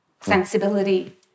sensibility